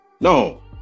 No